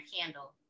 candle